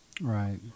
Right